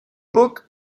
book